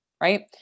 right